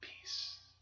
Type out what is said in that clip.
peace